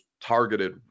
targeted